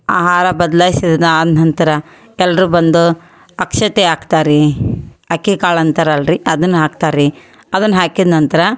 ಆ ಹಾರ ಬದಲಾಯ್ಸಿದ ಆದ ನಂತರ ಎಲ್ಲರೂ ಬಂದು ಅಕ್ಷತೆ ಹಾಕ್ತಾರ್ ರೀ ಅಕ್ಕಿ ಕಾಳು ಅಂತಾರಲ್ಲ ರೀ ಅದನ್ನು ಹಾಕ್ತಾರೆ ರೀ ಅದನ್ನು ಹಾಕಿದ ನಂತರ